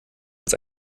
als